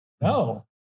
No